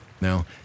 Now